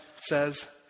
says